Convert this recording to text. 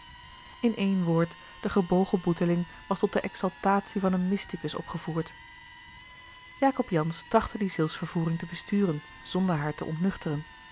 in één woord de gebogen boeteling was tot de exaltatie van een mysticus opgevoerd jacob jansz trachtte die zielsvervoering te besturen zonder haar te ontnuchteren